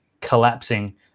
collapsing